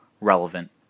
Relevant